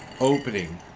opening